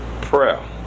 prayer